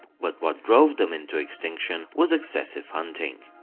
but what drove them into extinction was excessive hunting.